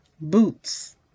boots